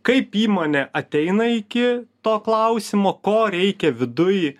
kaip įmonė ateina iki to klausimo ko reikia viduj